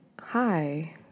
hi